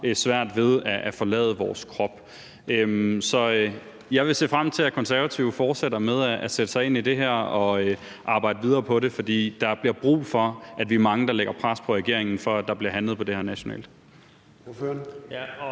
svært ved at forlade vore kroppe. Så jeg vil se frem til, at Konservative fortsætter med at sætte sig ind i det her og arbejde videre på det, for der bliver brug for, at vi er mange, der lægger pres på regeringen, for at der bliver handlet på det her nationalt.